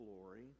glory